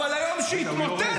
אבל ביום שהתמוטט,